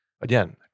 Again